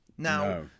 Now